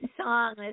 song